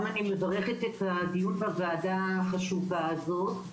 אני גם מברכת את הדיון בוועדה החשובה הזאת.